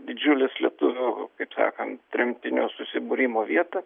didžiulis lietuvių taip sakant tremtinių susibūrimo vieta